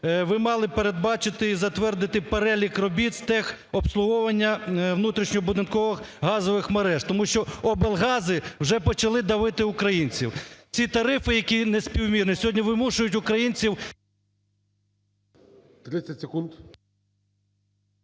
ви мали передбачити і затвердити перелік робіт з техобслуговування внутрішньобудинкових газових мереж. Тому що облгази вже почали давати українців. Ці тарифи, які неспівмірні, сьогодні вимушують українців… ГОЛОВУЮЧИЙ. 30 секунд.